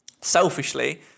selfishly